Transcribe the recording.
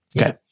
Okay